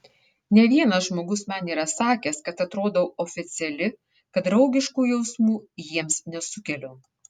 ne vienas žmogus man yra sakęs kad atrodau oficiali kad draugiškų jausmų jiems nesukeliu